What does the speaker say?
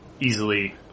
easily